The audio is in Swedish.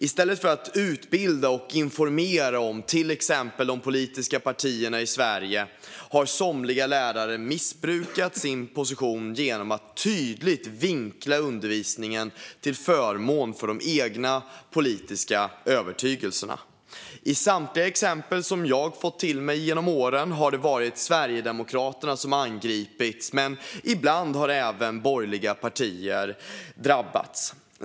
I stället för att utbilda och informera om till exempel de politiska partierna i Sverige har somliga lärare missbrukat sin position genom att tydligt vinkla undervisningen till förmån för de egna politiska övertygelserna. I samtliga exempel som jag har fått till mig genom åren har det varit Sverigedemokraterna som har angripits, men ibland har även borgerliga partier drabbats.